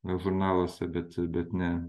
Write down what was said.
žurnaluose bet bet ne